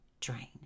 drain